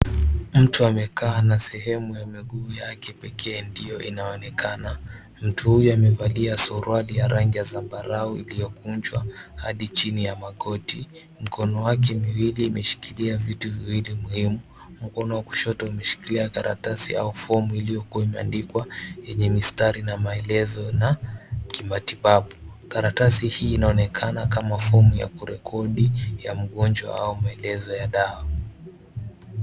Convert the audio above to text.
Mtu amekaa na sehemu ya miguu yake pekee ndio inaonekana. Mtu huyu amevalia suruali ya rangi ya zambarau iliyokunjwa hadi chini ya magoti. Mkono wake miwili imeshikilia vitu viwili muhimu, mkono wa kushoto umeshikilia karatasi au fomu iliyokuwa imeandikwa yenye mistari na maelezo na kimatibabu. Karatasi hii inaonekana kama fomu ya kurekodi ya mgonjwa au maelezo ya dawa.